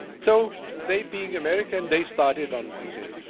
so they, being american, they started on monday.